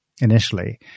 initially